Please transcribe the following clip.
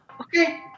okay